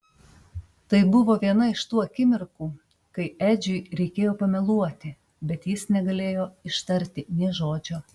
tai buvo viena iš tų akimirkų kai edžiui reikėjo pameluoti bet jis negalėjo ištarti nė žodžio